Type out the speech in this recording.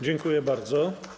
Dziękuję bardzo.